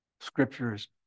scriptures